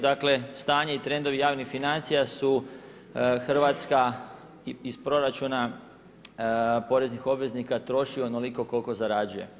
Dakle, stanje i trendovi javnih financija su Hrvatska iz proračuna poreznih obveznika troši onoliko koliko zarađuje.